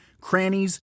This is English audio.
crannies